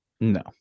No